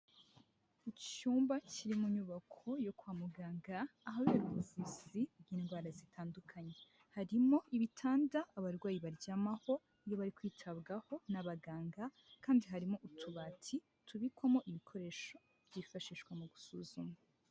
Icyumba kiri mu nyubako yo kwa muganga, ahabera ubuvuzi bw'indwara zitandukanye. Harimo ibitanda abarwayi baryamaho, iyo bari kwitabwaho n'abaganga kandi harimo utubati tubikwamo ibikoresho byifashishwa mu gusuzuma.